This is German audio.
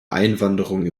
einwanderung